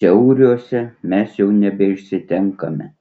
siauriuose mes jau nebeišsitenkame